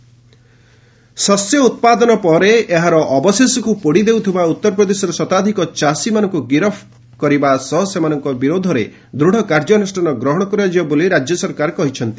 UP farmers ଶସ୍ୟ ଉତ୍ପାଦନ ପରେ ଏହାର ଅବଶେଷକୁ ପୋଡ଼ି ଦେଉଥିବା ଉତ୍ତର ପ୍ରଦେଶର ଶତାଧିକ ଚାଷୀମାନଙ୍କୁ ଗିରଫ କରିବା ସହ ସେମାନଙ୍କ ବିରୋଧରେ ଦୃଢ଼ କାର୍ଯ୍ୟାନୁଷ୍ଠାନ ଗ୍ରହଣ କରାଯିବ ବୋଲି ରାଜ୍ୟ ସରକାର କହିଛନ୍ତି